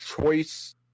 choice